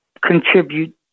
contribute